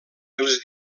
els